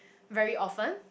very often